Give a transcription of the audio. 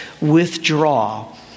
withdraw